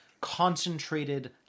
concentrated